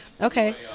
Okay